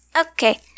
Okay